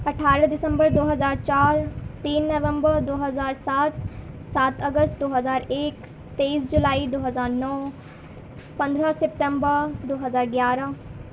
اٹھارہ دسمبر دو ہزار چار تین نومبر دو ہزار سات سات اگست دو ہزار ایک تیئیس جولائی دو ہزار نو پندرہ سپتمبر دو ہزار گیارہ